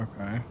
Okay